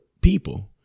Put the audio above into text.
people